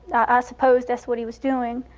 ah suppose that's what he was doing.